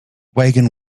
wagon